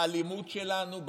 באלימות שלנו,